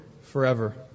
forever